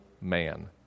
man